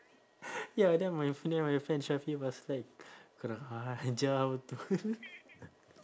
ya then my friend my friend shafi was like kurang ajar betul